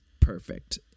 perfect